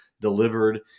delivered